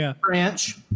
branch